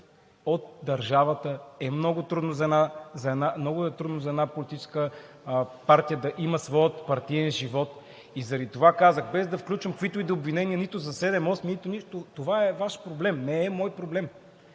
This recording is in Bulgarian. от държавата, е много трудно за една политическа партия да има своя партиен живот. Заради това казах, без да включвам каквито и да са обвинения нито за „7/8“, нито нищо – това е Ваш проблем, не е мой проблем.